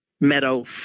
meadow